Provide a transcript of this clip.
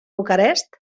bucarest